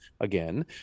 again